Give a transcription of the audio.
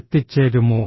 എത്തിച്ചേരുമോ